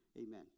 amen